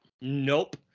Nope